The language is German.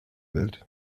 welt